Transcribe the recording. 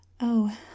Oh